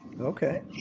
Okay